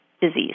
disease